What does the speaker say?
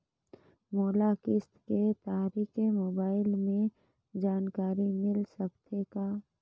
मोला किस्त के तारिक मोबाइल मे जानकारी मिल सकथे का?